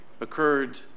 occurred